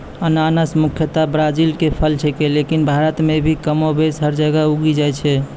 अनानस मुख्यतया ब्राजील के फल छेकै लेकिन भारत मॅ भी कमोबेश हर जगह उगी जाय छै